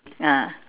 ah